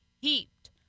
heaped